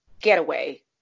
getaway